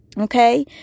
Okay